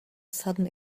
sudden